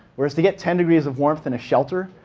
whereas to get ten degrees of warmth in a shelter,